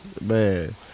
Man